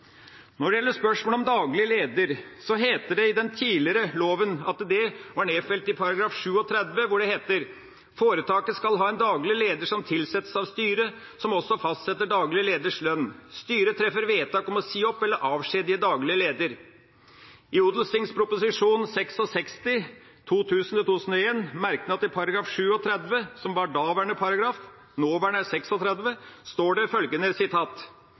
Når det gjelder spørsmål om daglig leder, het det i den tidligere loven – det var nedfelt i § 37: «Foretaket skal ha en daglig leder som tilsettes av styret, som også fastsetter daglig leders lønn. Styret treffer vedtak om å si opp eller avskjedige daglig leder.» I Ot.prp. nr. 66 for 2000–2001, merknad til § 37 – som var daværende paragraf, nåværende er 36 – står det følgende: